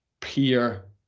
peer